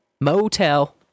motel